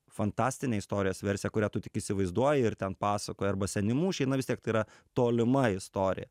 fantastinė istorijos versija kurią tu tik įsivaizduoji ir ten pasakoji arba seni mūšiai na vis tiek tai yra tolima istorija